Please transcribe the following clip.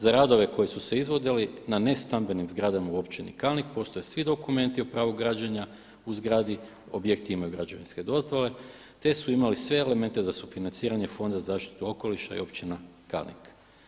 Za radove koji su se izvodili na ne stambenim zgradama u Općini Kalnik postoje svi dokumenti o pravu građenja u zgradi, objekt ima građevinske dozvole te su imali sve elemente za sufinanciranje Fonda za zaštitu okoliša i Općina Kalnik“